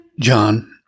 John